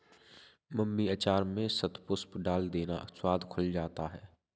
mummy अचार में शतपुष्प डाल देना, स्वाद खुल जाता है